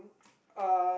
uh